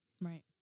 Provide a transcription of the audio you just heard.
Right